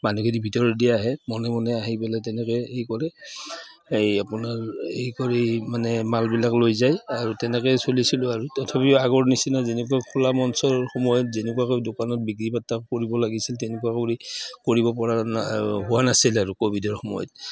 মানুহখিনি ভিতৰেদি আহে মনে মনে আহি পেলাই তেনেকে হেৰি কৰে এই আপোনাৰ এই কৰি মানে মালবিলাক লৈ যায় আৰু তেনেকে চলিছিলোঁ আৰু তথাপিও আগৰ নিচিনা যেনেকুৱা খোলা মঞ্চৰ সময়ত যেনেকুৱাকৈ দোকানত বিক্ৰী বাৰ্তা কৰিব লাগিছিল তেনেকুৱা কৰি কৰিব পৰা না হোৱা নাছিল আৰু ক'ভিডৰ সময়ত